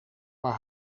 maar